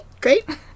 great